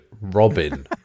Robin